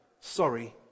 sorry